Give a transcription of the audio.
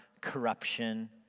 corruption